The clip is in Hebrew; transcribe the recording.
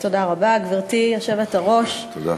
תודה רבה, גברתי היושבת-ראש, תודה.